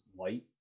light